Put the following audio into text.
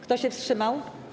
Kto się wstrzymał?